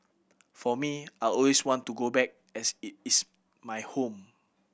for me I always want to go back as it is my home